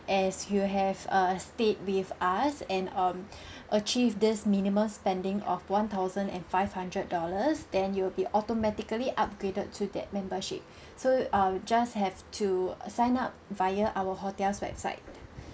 as you have err stayed with us and um achieve this minimum spending of one thousand and five hundred dollars then you will be automatically upgraded to that membership so err just have to sign up via our hotel's website